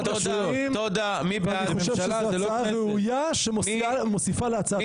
אני חושב שזו הצעה ראויה שמוסיפה להצעת החוק.